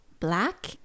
black